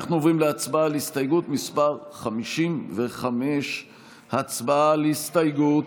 אנחנו עוברים להצבעה על הסתייגות מס' 55. הצבעה על ההסתייגות.